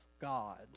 God